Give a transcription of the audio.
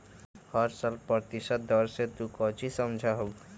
हर साल प्रतिशत दर से तू कौचि समझा हूँ